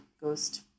ghost